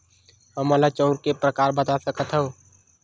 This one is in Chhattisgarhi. हमन ला चांउर के प्रकार बता सकत हव?